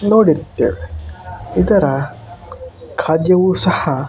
ನೋಡಿರ್ತೇವೆ ಇದರ ಖಾದ್ಯವು ಸಹ